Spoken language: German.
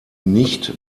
nicht